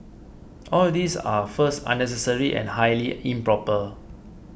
all these are first unnecessary and highly improper